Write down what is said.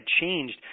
changed